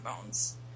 bones